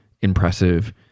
impressive